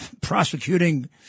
prosecuting